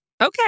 Okay